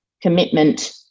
commitment